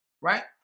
right